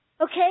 Okay